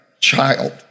Child